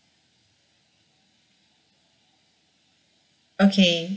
okay